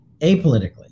apolitically